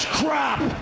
crap